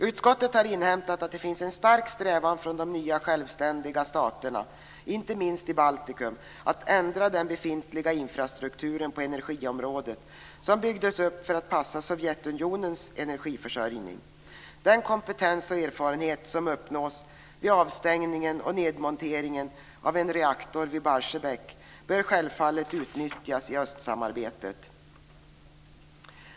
Utskottet har inhämtat att det finns en stark strävan från de nya självständiga staterna, inte minst i Baltikum, att ändra den befintliga infrastrukturen på energiområdet, som byggdes upp för att passa Sovjetunionens energiförsörjning. Den kompetens och den erfarenhet som uppnås vid avstängningen och nedmonteringen av en reaktor vid Barsebäck bör självfallet utnyttjas i östsamarbetet.